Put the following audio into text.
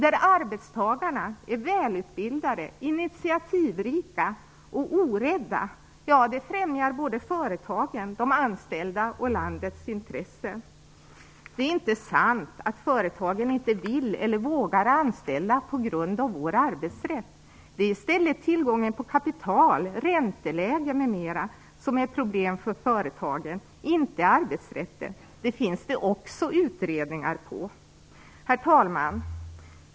När arbetstagarna är välutbildade, initiativrika och orädda främjas företagen, de anställda och landets intresse. Det är inte sant att företagen inte vill eller vågar anställa på grund av arbetsrätten. Det är i stället tillgången på kapital, ränteläge, m.m. som är problem för företagen, inte arbetsrätten. Det finns det också utredningar om. Herr talman!